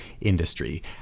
industry